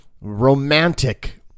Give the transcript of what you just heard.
romantic